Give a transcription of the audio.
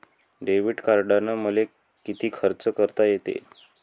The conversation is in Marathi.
डेबिट कार्डानं मले किती खर्च करता येते?